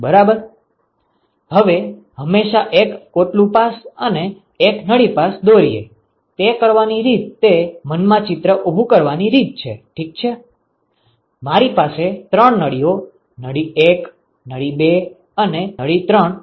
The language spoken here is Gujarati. બરાબર હવે હંમેશાં એક કોટલું પાસ અને એક નળી પાસ દોરીએ તે કરવાની રીત તે મનમાં ચિત્ર ઉભું કરવાની રીત છે ઠીક છે મારી પાસે ત્રણ નળીઓ નળી 1 નળી 2 અને નળી 3 છે